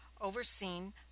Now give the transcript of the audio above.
overseen